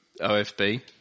OFB